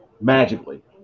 Magically